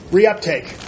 Reuptake